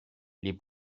les